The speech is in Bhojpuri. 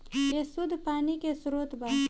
ए शुद्ध पानी के स्रोत बा